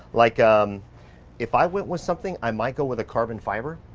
like um if i went with something, i might go with a carbon fiber.